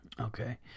Okay